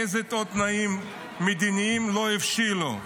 איזה עוד תנאים מדיניים לא הבשילו,